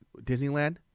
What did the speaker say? Disneyland